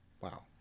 Wow